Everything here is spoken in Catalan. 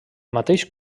mateix